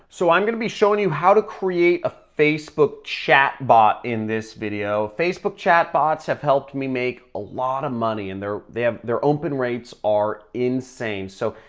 so i'm gonna be showing you how to create a facebook chatbot in this video. facebook chatbots have helped me make a lot of money and they're them they're open rates are insane. so,